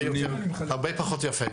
הרבה פחות יפה.